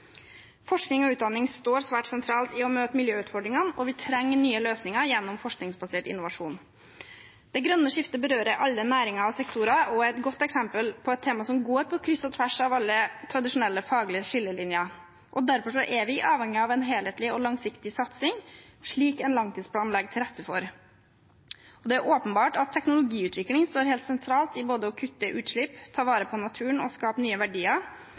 Forskning og utdanning står svært sentralt når det gjelder å møte miljøutfordringene, og vi trenger nye løsninger gjennom forskningsbasert innovasjon. Det grønne skiftet berører alle næringer og sektorer og er et godt eksempel på et tema som går på kryss og tvers av alle tradisjonelle faglige skillelinjer. Derfor er vi avhengig av en helhetlig og langsiktig satsing, slik en langtidsplan legger til rette for. Det er åpenbart at teknologiutvikling står helt sentralt for både å kutte utslipp, ta vare på naturen og skape nye verdier,